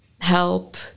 help